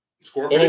Score